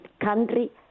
country